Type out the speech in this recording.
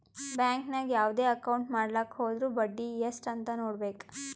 bank ನಾಗ್ ಯಾವ್ದೇ account ಮಾಡ್ಲಾಕ ಹೊದುರ್ ಬಡ್ಡಿ ಎಸ್ಟ್ ಅಂತ್ ನೊಡ್ಬೇಕ